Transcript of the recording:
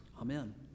Amen